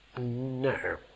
No